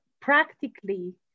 practically